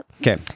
Okay